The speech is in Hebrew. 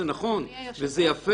זה נכון ויפה.